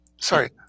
sorry